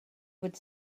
would